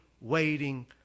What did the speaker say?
waiting